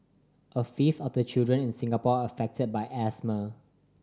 a fifth of the children in Singapore are affected by asthma